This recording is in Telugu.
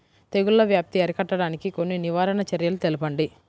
తెగుళ్ల వ్యాప్తి అరికట్టడానికి కొన్ని నివారణ చర్యలు తెలుపండి?